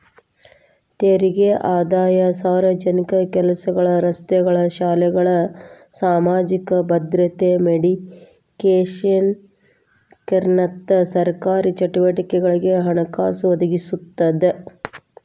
ತೆರಿಗೆ ಆದಾಯ ಸಾರ್ವಜನಿಕ ಕೆಲಸಗಳ ರಸ್ತೆಗಳ ಶಾಲೆಗಳ ಸಾಮಾಜಿಕ ಭದ್ರತೆ ಮೆಡಿಕೇರ್ನಂತ ಸರ್ಕಾರಿ ಚಟುವಟಿಕೆಗಳಿಗೆ ಹಣಕಾಸು ಒದಗಿಸ್ತದ